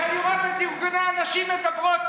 אני רוצה לראות את ארגוני הנשים מדברים פה.